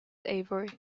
avery